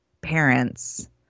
parents